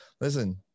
Listen